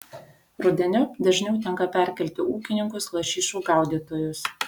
rudeniop dažniau tenka perkelti ūkininkus lašišų gaudytojus